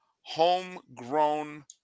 homegrown